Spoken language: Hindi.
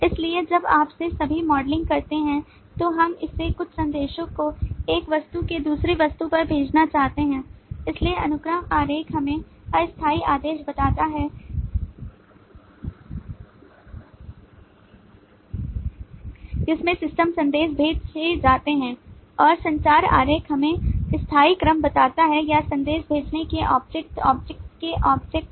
इसलिए जब आप ये सभी मॉडलिंग करते हैं तो हम इसे कुछ संदेशों को एक वस्तु से दूसरी वस्तु पर भेजना चाहते हैं इसलिए अनुक्रम आरेख हमें अस्थायी आदेश बताता है जिसमें संदेश भेजे जाते हैं और संचार आरेख हमें स्थानिक क्रम बताता है या संदेश भेजने के ऑब्जेक्ट ऑब्जेक्ट के ऑब्जेक्ट